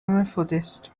methodist